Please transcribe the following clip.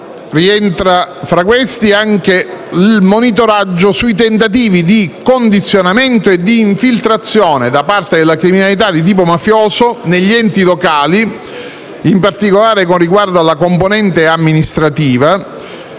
rientra anche il monitoraggio sui tentativi di condizionamento e di infiltrazione da parte della criminalità di tipo mafioso negli enti locali, in particolare con riguardo alla componente amministrativa,